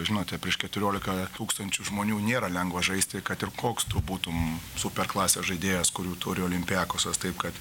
žinote prieš keturiolika tūkstančių žmonių nėra lengva žaisti kad ir koks tu būtum super klasės žaidėjas kurių turi olympiakosas taip kad